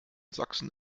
sachsen